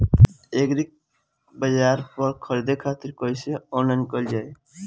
एग्रीबाजार पर खरीदे खातिर कइसे ऑनलाइन कइल जाए?